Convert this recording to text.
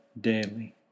daily